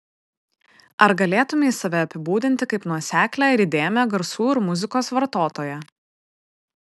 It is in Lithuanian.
ar galėtumei save apibūdinti kaip nuoseklią ir įdėmią garsų ir muzikos vartotoją